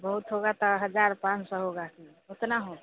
बहुत होगा तो हज़ार पान सौ होगा उतना होगा